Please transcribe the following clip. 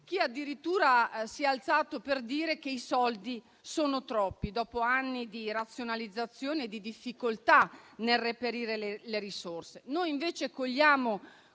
chi addirittura si è alzato per dire che i soldi sono troppi, dopo anni di razionalizzazione e di difficoltà nel reperire le risorse. Noi invece cogliamo